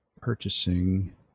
purchasing